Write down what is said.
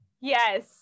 Yes